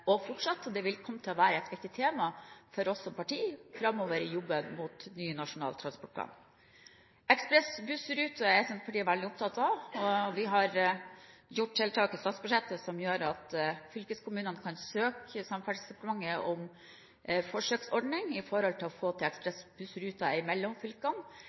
også fortsatt skal sørge for videre arbeid mot fylkesveinettet. Det vil komme til å være et viktig tema for oss som parti framover i jobben mot ny Nasjonal transportplan. Ekspressbussruter er Senterpartiet veldig opptatt av. Vi har gjort tiltak i statsbudsjettet som gjør at fylkeskommunene kan søke Samferdselsdepartementet om forsøksordning med tanke på å få til ekspressbussruter mellom fylkene.